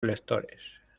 lectores